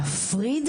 להפריד.